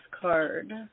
card